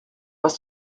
pas